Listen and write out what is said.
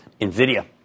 NVIDIA